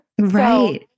Right